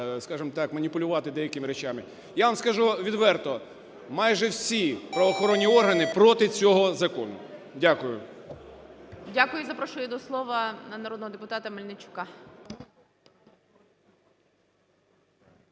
скажемо так, маніпулювати деякими речами. Я вам скажу відверто, майже всі правоохоронні органи проти цього закону. Дякую. ГОЛОВУЮЧИЙ. Дякую. Запрошую до слова народного депутата Мельничука.